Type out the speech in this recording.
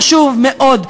חשוב מאוד.